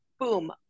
boom